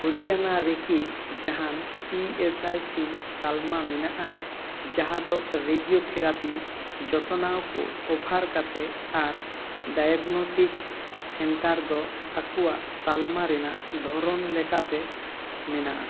ᱦᱚᱨᱤᱭᱟᱱᱟ ᱨᱮᱠᱤ ᱡᱟᱦᱟᱸᱱ E S I C ᱛᱟᱞᱢᱟ ᱢᱮᱱᱟᱜᱼᱟ ᱡᱟᱦᱟᱸ ᱫᱚ ᱨᱤᱰᱤᱭᱳᱛᱷᱮᱨᱟᱯᱤ ᱡᱚᱛᱚᱱᱟᱣ ᱠᱚ ᱚᱯᱷᱟᱨ ᱠᱟᱛᱮᱜ ᱟᱨ ᱰᱟᱭᱚᱠᱱᱚᱴᱤᱠᱥ ᱥᱮᱱᱴᱟᱨ ᱫᱚ ᱟᱠᱳᱭᱟᱜ ᱛᱟᱞᱢᱟ ᱨᱮᱱᱟᱜ ᱫᱷᱚᱨᱚᱱ ᱞᱮ ᱠᱟᱛᱮ ᱢᱮᱱᱟᱜᱼᱟ